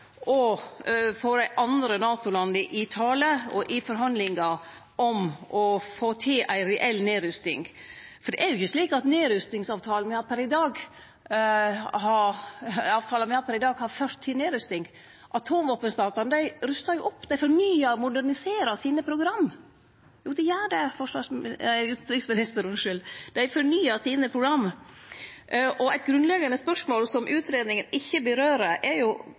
å få dei andre NATO-landa i tale og i forhandlingar om å få til ei reell nedrusting. Det er ikkje slik at nedrustingsavtalane me har per i dag, har ført til nedrusting. Atomvåpenstatane ruster jo opp, dei fornyar og moderniserer programma sine. Eit grunnleggjande spørsmål som utgreiinga ikkje tek opp, er